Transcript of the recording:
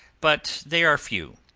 but they are few.